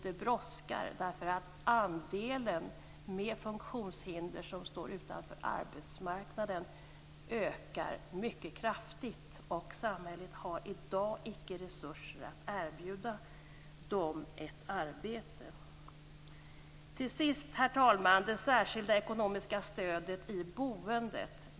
Det brådskar därför att andelen personer med funktionshinder som står utanför arbetsmarknaden ökar mycket kraftigt, och samhället har i dag icke resurser att erbjuda dem ett arbete. Till sist, herr talman, har vi det särskilda ekonomiska stödet i boendet.